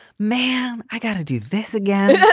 man, i got to do this again. yeah